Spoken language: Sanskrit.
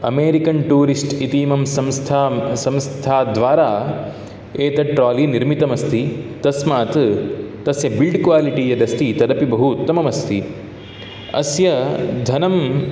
अमेरिकन् टूरिस्ट् इतीमं संस्थां संस्थाद्वारा एतत् ट्रालि निर्मितमस्ति तस्मात् तस्य बिल्ड् क्वालिटि यदस्ति तदपि बहु उत्तममस्ति अस्य धनं